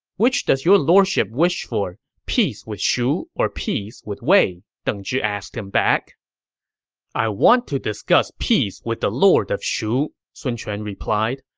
which does your lordship wish for, peace with shu or peace with wei? deng zhi asked him i want to discuss peace with the lord of shu, sun quan replied,